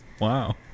wow